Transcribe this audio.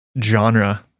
genre